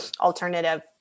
alternative